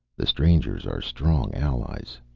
the strangers are strong allies,